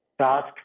task